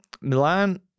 Milan